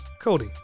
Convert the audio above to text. Cody